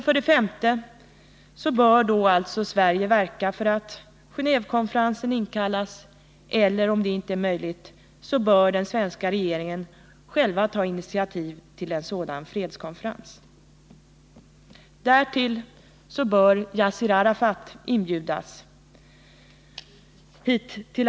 För det femte bör Sverige medverka till att Gen&vekonferensen inkallas. Om så inte är möjligt bör den svenska regeringen själv ta initiativ till en sådan fredskonferens. För det sjätte bör Yasser Arafat inbjudas till Sverige.